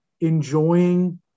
enjoying